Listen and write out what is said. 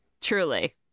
Truly